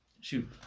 shoot